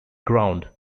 ground